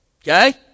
Okay